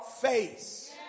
face